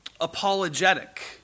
apologetic